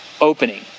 opening